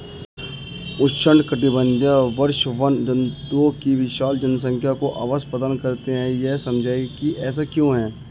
उष्णकटिबंधीय वर्षावन जंतुओं की विशाल जनसंख्या को आवास प्रदान करते हैं यह समझाइए कि ऐसा क्यों है?